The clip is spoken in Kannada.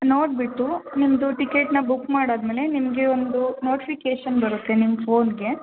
ನೋಡಿಬಿಟ್ಟು ನಿಮ್ಮದು ಟಿಕೆಟ್ನ ಬುಕ್ ಮಾಡಾದ ಮೇಲೆ ನಿಮಗೆ ಒಂದು ನೋಟಿಫಿಕೇಶನ್ ಬರುತ್ತೆ ನಿಮ್ಮ ಫೋನ್ಗೆ